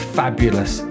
fabulous